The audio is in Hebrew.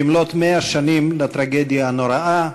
במלאות 100 שנים לטרגדיה הנוראה,